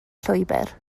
llwybr